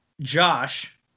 Josh